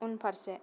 उनफारसे